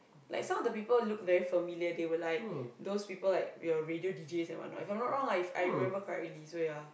like some of the people looked very familiar they were like those people like your radio D Js and whatnot if I'm not wrong lah If I remember correctly so ya